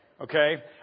okay